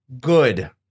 Good